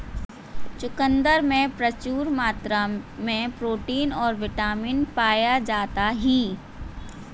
चुकंदर में प्रचूर मात्रा में प्रोटीन और बिटामिन पाया जाता ही